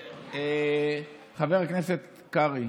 חבר הכנסת קרעי,